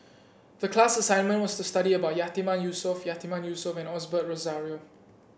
the class assignment was to study about Yatiman Yusof Yatiman Yusof and Osbert Rozario